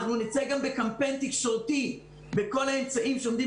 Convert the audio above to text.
אנחנו נצא גם בקמפיין תקשורתי בכל האמצעים שעומדים